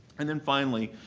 and then finally,